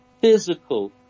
physical